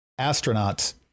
astronauts